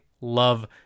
love